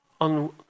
On